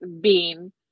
beam